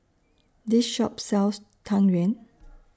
This Shop sells Tang Yuen